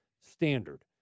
standard